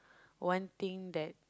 one thing that